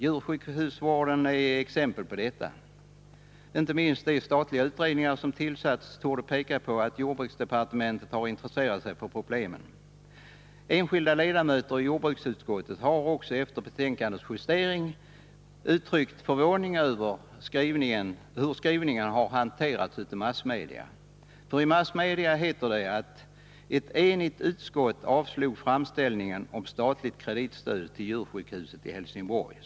Djursjukhusvården är ett exempel på detta. Inte minst de statliga utredningar som har tillsatts pekar på att jordbruksdepartementet har intresserat sig för problemen. Enskilda ledamöter i jordbruksutskottet har efter betänkandets justering också uttryckt förvåning över hur skrivningen har hanterats av massmedia. Där har det hetat att ett enigt utskott avstyrkte framställningen om statligt kreditstöd till djursjukhuset i Helsingborg.